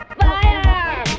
fire